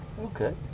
Okay